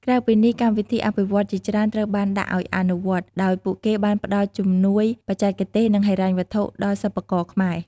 ក្រៅពីនេះ កម្មវិធីអភិវឌ្ឍន៍ជាច្រើនត្រូវបានដាក់ឱ្យអនុវត្ត ដោយពួកគេបានផ្ដល់ជំនួយបច្ចេកទេស និងហិរញ្ញវត្ថុដល់សិប្បករខ្មែរ។